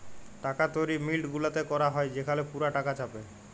টাকা তৈরি মিল্ট গুলাতে ক্যরা হ্যয় সেখালে পুরা টাকা ছাপে